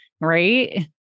right